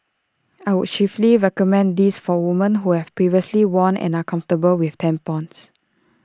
I would chiefly recommend this for women who have previously worn and are comfortable with tampons